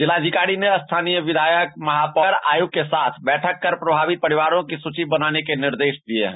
जिलाधिकारी ने स्थानीय विधायक महापौर और वार्ड आयुक्तों के साथ बैठक कर प्रभावित परिवारों की सूची बनाने के निर्देश दिये हैं